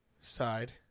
side